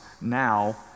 now